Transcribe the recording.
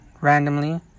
randomly